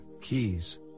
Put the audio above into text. keys